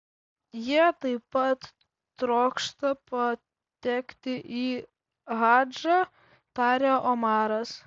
jie taip pat trokšta patekti į hadžą tarė omaras